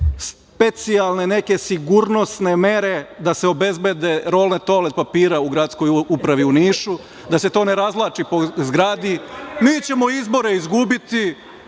neke sigurnosne mere da se obezbede rolne toalet papira u Gradskoj upravi u Nišu, da se to ne razvlači po zgradi. Mi ćemo izbore izgubiti,